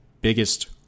biggest